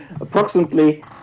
approximately